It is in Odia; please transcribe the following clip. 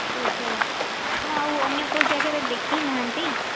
ଓହୋ ଆପଣ ଆଉ ଅନ୍ୟ କୋଉ ଜାଗାରେ ଦେଖେଇନାହାନ୍ତି